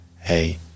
hey